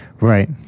right